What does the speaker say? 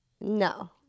No